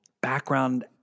background